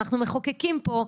אנחנו מחוקקים פה,